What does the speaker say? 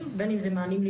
בין אם זה מענים חברתיים,